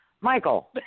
Michael